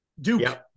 Duke